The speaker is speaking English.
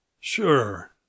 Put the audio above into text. Sure